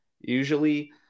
Usually